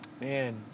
Man